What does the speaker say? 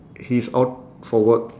he's out for work